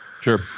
Sure